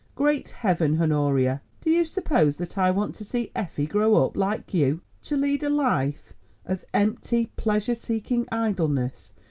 great heaven, honoria, do you suppose that i want to see effie grow up like you, to lead a life of empty pleasure-seeking idleness,